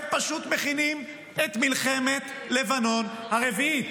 פשוט מכינים את מלחמת לבנון הרביעית.